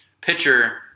pitcher